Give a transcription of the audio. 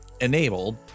enabled